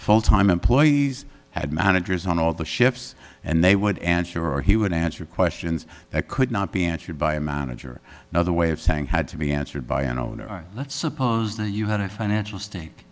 full time employees had managers on all the ships and they would answer or he would answer questions that could not be answered by a manager another way of saying had to be answered by an owner let's suppose that you had a financial stake